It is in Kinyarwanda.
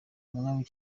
umwami